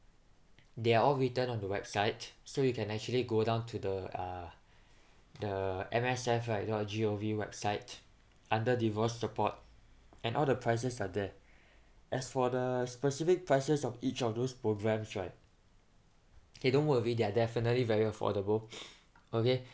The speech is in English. they are all written on the website so you can actually go down to the uh the M_S_F right dot G_O_V website under divorce support and all the prices are there as for the specific prices of each of those programs right K don't worry they're definitely very affordable okay